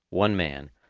one man,